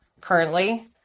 currently